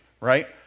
right